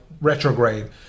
retrograde